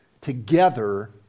together